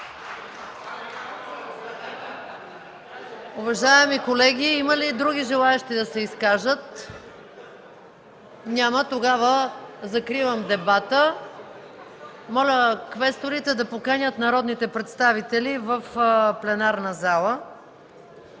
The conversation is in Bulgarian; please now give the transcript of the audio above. Уважаеми колеги, има ли други желаещи да се изкажат? Няма. Тогава закривам дебата. Моля квесторите да поканят народните представители в пленарната зала